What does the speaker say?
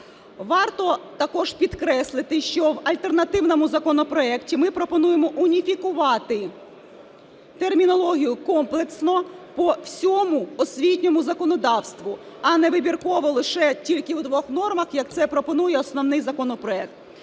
Варто також підкреслити, що в альтернативному законопроекті ми пропонуємо уніфікувати термінологію комплексно по всьому освітньому законодавству, а не вибірково лише тільки у двох нормах, як це пропонує основний законопроект.